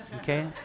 Okay